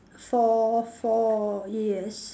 four four yes